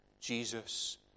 Jesus